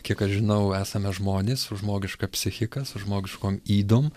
kiek aš žinau esame žmonės su žmogiška psichika su žmogiškom ydom